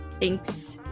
thanks